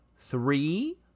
Three